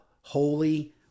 holy